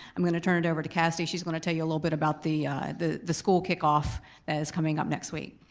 i'm gonna turn it over to cassidy, she's gonna tell you a little bit about the the school kickoff that is coming up next week.